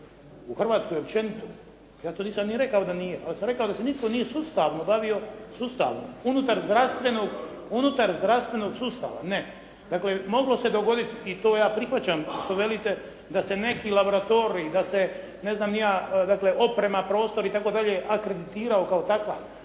u Hrvatskoj općenito, ja to nisam ni rekao da nije, ali sam rekao da se nitko nije sustavno bavio, sustavno unutar zdravstvenog sustava. Ne. Dakle, moglo se dogoditi i to ja prihvaćam što velite da se neki laboratorij, da se ne znam ni ja oprema, prostor i tako dalje akreditirao kao takav,